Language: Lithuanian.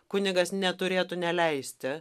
kunigas neturėtų neleisti